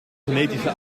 genetische